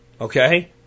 Okay